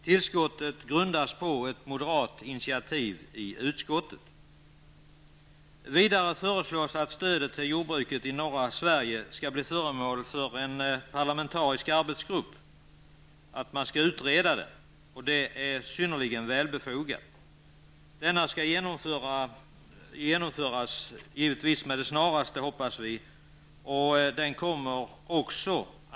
Tillskottet grundas på ett moderat initiativ i utskottet. Sverige skall bli föremål för behandling i en parlamentariskt sammansatt arbetsgrupp. Det är synnerligen välbefogat att utreda frågan. Vi hoppas att översynen skall genomföras med det snaraste.